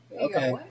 okay